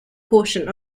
portion